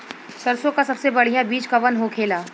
सरसों का सबसे बढ़ियां बीज कवन होखेला?